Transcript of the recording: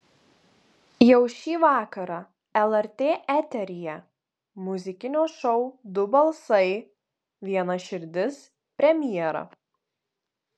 jau šį vakarą lrt eteryje muzikinio šou du balsai viena širdis premjera